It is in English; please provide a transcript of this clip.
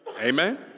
Amen